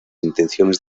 intenciones